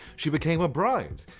she became a bryde!